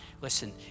listen